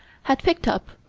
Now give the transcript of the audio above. had picked up,